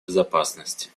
безопасности